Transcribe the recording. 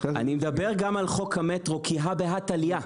אני מדבר גם על חוק המטרו, כי הא בהא תליה.